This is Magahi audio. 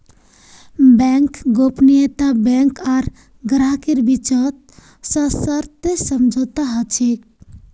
बैंक गोपनीयता बैंक आर ग्राहकेर बीचत सशर्त समझौता ह छेक